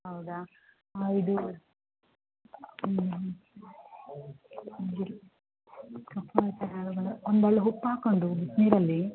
ಹೌದಾ ಇದು ಹ್ಞೂ ಹ್ಞೂ ಓನು ಹರ್ಳ್ ಉಪ್ ಹಾಕ್ಕೊಂಡು ಬಿಸಿನೀರಲ್ಲಿ